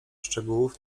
szczegółów